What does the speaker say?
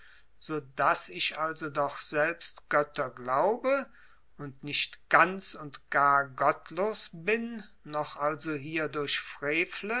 daß ich also doch selbst götter glaube und nicht ganz und gar gottlos bin noch also hierdurch frevle